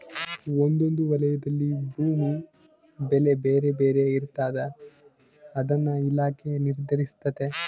ಒಂದೊಂದು ವಲಯದಲ್ಲಿ ಭೂಮಿ ಬೆಲೆ ಬೇರೆ ಬೇರೆ ಇರ್ತಾದ ಅದನ್ನ ಇಲಾಖೆ ನಿರ್ಧರಿಸ್ತತೆ